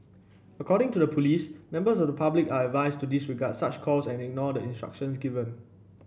according to the police members of public are advised to disregard such calls and ignore the instructions given